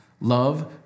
Love